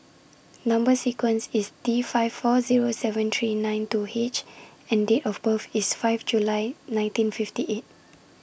Number sequence IS T five four Zero seven three nine two H and Date of birth IS five July nineteen fifty eight